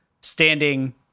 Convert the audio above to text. standing